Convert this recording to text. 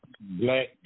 black